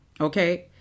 Okay